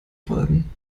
folgen